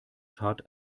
tat